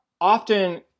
often